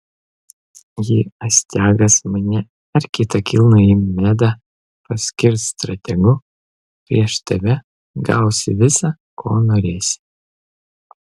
jei astiagas mane ar kitą kilnųjį medą paskirs strategu prieš tave gausi visa ko norėsi